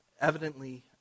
evidently